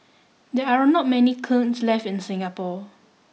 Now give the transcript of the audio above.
there are not many kilns left in Singapore